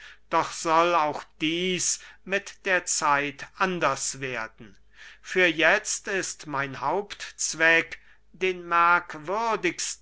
doch soll auch dieß mit der zeit anders werden für jetzt ist mein hauptzweck den